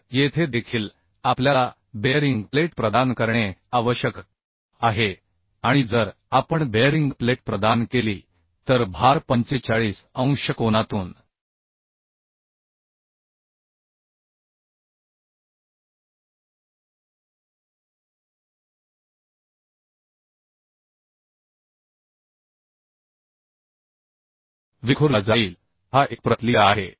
तर येथे देखील आपल्याला बेअरिंग प्लेट प्रदान करणे आवश्यक आहे आणि जर आपण बेअरिंग प्लेट प्रदान केली तर भार 45 अंश कोनातून विखुरला जाईल हा एकप्रतलीय आहे